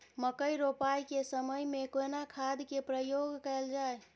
मकई रोपाई के समय में केना खाद के प्रयोग कैल जाय?